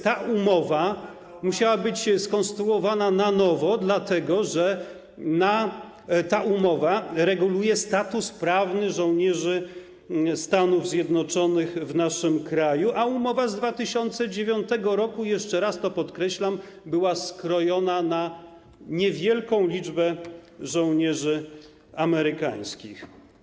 Ta umowa musiała zostać skonstruowana na nowo, dlatego że reguluje ona status prawny żołnierzy Stanów Zjednoczonych w naszym kraju, a umowa z 2009 r. - jeszcze raz to podkreślam - była skrojona na niewielką liczbę żołnierzy amerykańskich.